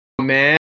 man